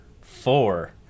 four